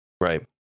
Right